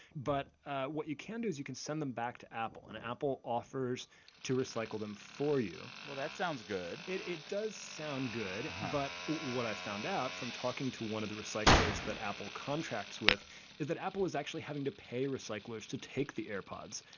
but what you can do is you can send them back to apple. and apple offers to recycle them for you well, that sounds good it it does sound good. but what i found out from talking to one of the recyclers that apple contracts with is that apple is actually having to pay recyclers to take the airpods